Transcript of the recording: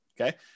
okay